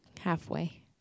Halfway